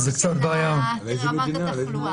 על איזו מדינה מדברים?